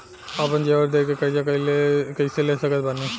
आपन जेवर दे के कर्जा कइसे ले सकत बानी?